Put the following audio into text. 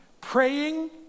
praying